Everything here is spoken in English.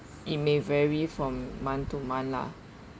it may vary from month to month lah